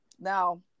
now